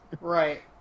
right